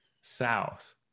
south